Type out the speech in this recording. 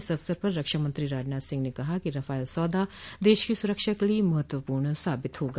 इस अवसर पर रक्षामंत्री राजनाथ सिंह ने कहा कि रफाल सौदा देश की सुरक्षा के लिए महत्वपूर्ण साबित होगा